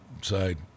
side